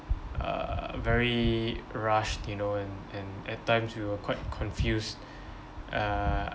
uh very rushed you know and and at times we were quite confused uh